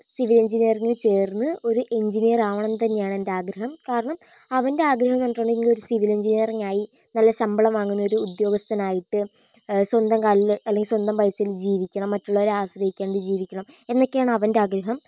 civil എഞ്ചിനീയറിംഗിന് ചേർന്ന് ഒരു എഞ്ചിനീയറാവണമെന്ന് തന്നെയാണ് എൻ്റെ ആഗ്രഹം കാരണം അവൻ്റെ ആഗ്രഹമെന്ന് കണ്ടിട്ടുണ്ടെങ്കിൽ ഒരു സിവിൽ എഞ്ചിനീയറിംഗായി നല്ല ശമ്പളം വാങ്ങുന്നൊരു ഉദ്യോഗസ്ഥനായിട്ട് സ്വന്തം കാലില് അല്ലെങ്കില് സ്വന്തം പൈസയില് ജീവിക്കണം മറ്റുള്ളവരെ ആശ്രയിക്കാണ്ട് ജീവിക്കണം എന്നൊക്കെയാണ് അവൻ്റെ ആഗ്രഹം